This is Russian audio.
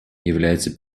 является